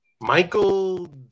Michael